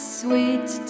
sweet